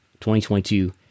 2022